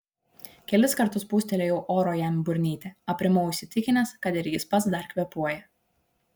kelis kartus pūstelėjau oro jam į burnytę aprimau įsitikinęs kad ir jis pats dar kvėpuoja